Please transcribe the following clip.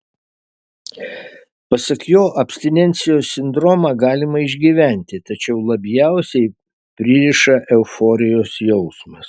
pasak jo abstinencijos sindromą galima išgyventi tačiau labiausiai pririša euforijos jausmas